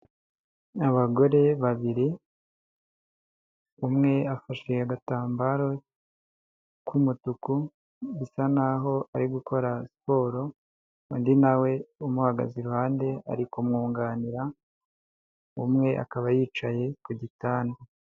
Abagore babiri, umwe afashe agatambaro k'umutuku bisa naho ari gukora siporo, undi nawe umuhagaze iruhande ari kumwunganira, umwe akaba yicaye ku gitanda.